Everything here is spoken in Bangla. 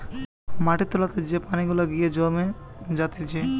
মাটির তোলাতে যে পানি গুলা গিয়ে জমে জাতিছে